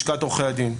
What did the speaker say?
לשכת עורכי הדין.